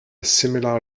similar